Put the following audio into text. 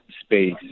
space